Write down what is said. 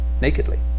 nakedly